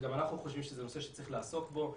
וגם אנחנו חושבים שזה נושא שצריך לעסוק בו.